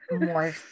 more